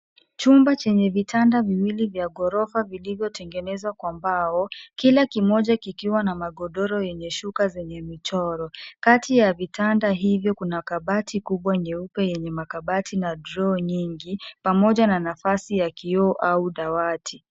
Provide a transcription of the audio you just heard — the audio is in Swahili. Chumba chenye vitanda viwili vya ghorofa vilivyotengenezwa kwa mbao, kila kimoja kikiwa na magodoro yenye shuka zenye michoro. Kati ya vitanda hivyo kuna kabati kubwa nyeupe yenye makabati na draw nyingi pamoja na nafasi ya kioo au dawati.